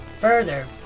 Further